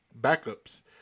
backups